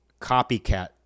copycat